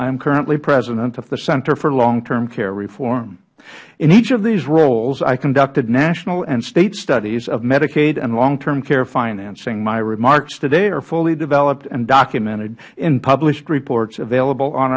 i am currently president of the center for long term care reform in each of these roles i conducted national and state studies of medicaid and long term care financing my remarks today are fully developed and documented in published reports available on